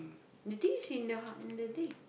that day she th~ that day